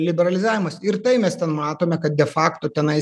liberalizavimas ir tai mes ten matome kad de fakto tenais